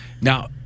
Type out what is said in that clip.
Now